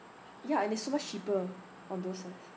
ya and it's so much cheaper on those sites